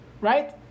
right